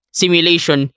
simulation